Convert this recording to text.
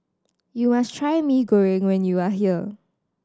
you must try Mee Goreng when you are here